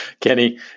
Kenny